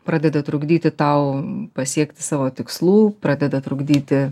pradeda trukdyti tau pasiekti savo tikslų pradeda trukdyti